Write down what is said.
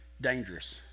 dangerous